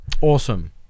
Awesome